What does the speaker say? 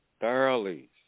thoroughly